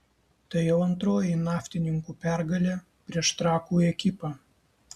tai jau antroji naftininkų pergalė prieš trakų ekipą